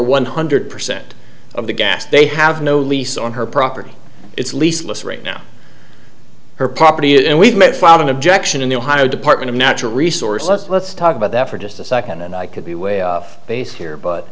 one hundred percent of the gas they have no lease on her property it's lease list right now her property and we've met filed an objection in the ohio department of natural resource let's talk about that for just a second and i could be way off base here but